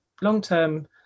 long-term